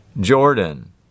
Jordan